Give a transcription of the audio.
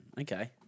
Okay